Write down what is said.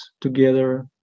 together